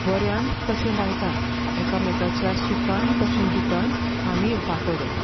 बऱ्यांत तशें वायटांत एकामेकाच्या सुखांत तशें दुखांत आमी वांटो घेतात